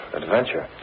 adventure